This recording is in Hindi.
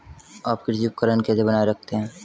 आप कृषि उपकरण कैसे बनाए रखते हैं?